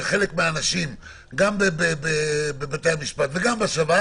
אם זה שווייץ בפנים --- זה עניין של יום.